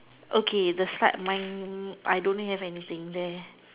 okay the slide my I don't have anything there